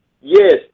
yes